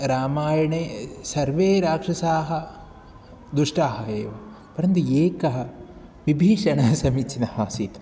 रामायणे सर्वे राक्षसाः दुष्टाः एव परन्तु एकः विभीषणः समीचीनः आसीत्